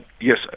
yes